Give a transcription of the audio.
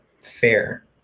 fair